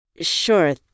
Sure